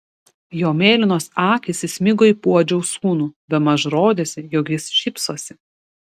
jo mėlynos akys įsmigo į puodžiaus sūnų bemaž rodėsi jog jis šypsosi